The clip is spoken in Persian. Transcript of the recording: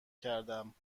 کردم